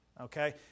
okay